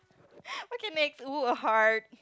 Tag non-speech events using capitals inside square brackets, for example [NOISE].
[LAUGHS] okay next oh heart